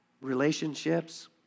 relationships